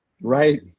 right